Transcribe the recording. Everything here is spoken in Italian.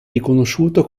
riconosciuto